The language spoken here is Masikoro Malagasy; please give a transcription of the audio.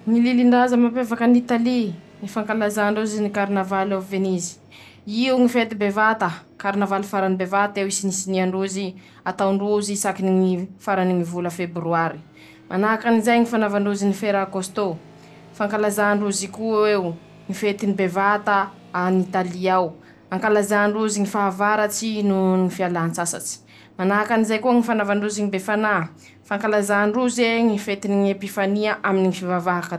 Ñy lilindraza mampiavaky an'Italy: Fankalazà ndrozy ñy karinavaly ôvizinizy, io fety farany bevata, karinavaly farany bevat'eo, isinisinia ndrozy, ataondrozy sakiny ñ farany vola febroary, manahakan'izay ñy fanaova ndrozy ñy fera kôsitô, fankalazà ndrozy koa eo, ñy fetiny bevata an'Italy ao, ankalazà ndrozy ñy fahavaratsy no ñy fialàntsasatsy, manahakan'izay koa ñy fanaova ndrozy ñy befanà, fankalazà ndroze ñy fetiny ñy pifania aminy ñy fivavaha.